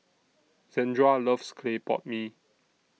Zandra loves Clay Pot Mee